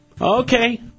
okay